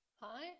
Hi